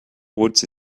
woods